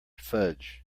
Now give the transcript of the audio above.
fudge